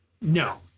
No